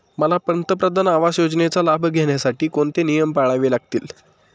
मला पंतप्रधान आवास योजनेचा लाभ घेण्यासाठी कोणते नियम पाळावे लागतील?